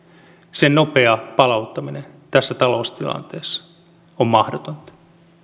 sen nopea palauttaminen tässä taloustilanteessa on mahdotonta